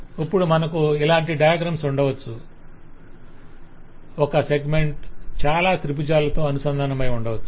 ఇప్పుడు మనకు ఇలాంటి డయాగ్రమ్ ఉండవచ్చు ఒక సెగ్మెంట్ చాలా త్రిభుజాలతో అనుసంధానమై ఉండవచ్చు